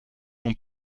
l’on